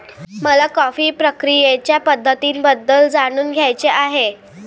मला कॉफी प्रक्रियेच्या पद्धतींबद्दल जाणून घ्यायचे आहे